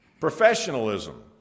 professionalism